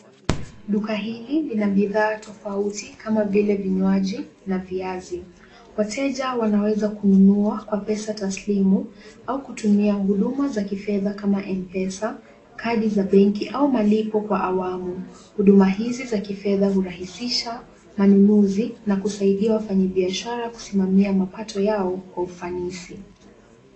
Duka hili lina bidhaa tofauti kama vile vinywaji na viazi. Wateja wanaweza kununua kwa pesa taslimu, au kutumia huduma za kifedha kama M-Pesa, kadi za benki, au malipo kwa awamu. Huduma hizi za kifedha hurahisisha manunuzi na kusaidia wafanyabiashara kusimamia mapato yao kwa ufanisi.